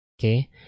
Okay